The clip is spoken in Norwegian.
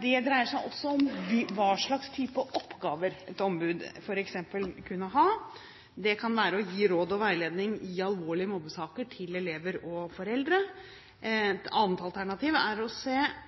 Det dreier seg også om hva slags type oppgaver et ombud vil kunne ha – det kan f.eks. være å gi råd og veiledning til elever og foreldre i alvorlige mobbesaker. Et annet alternativ er